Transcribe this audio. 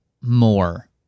more